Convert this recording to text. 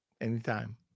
anytime